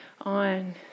on